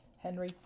Henry